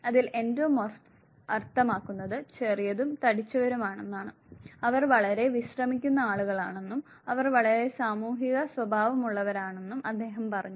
അതിൽ എൻഡോമോർഫ് അർത്ഥമാക്കുന്നത് ചെറിയതും തടിച്ചവരുമാണെന്നാണ് അവർ വളരെ വിശ്രമിക്കുന്ന ആളുകളാണെന്നും അവർ വളരെ സാമൂഹിക സ്വഭാവമുള്ളവരുമാണെന്നും അദ്ദേഹം പറഞ്ഞു